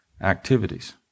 activities